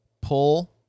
pull